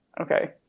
okay